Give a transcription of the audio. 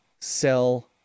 sell